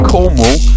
Cornwall